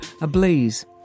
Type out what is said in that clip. ablaze